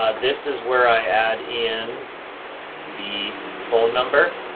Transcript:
ah this is where i add in the phone number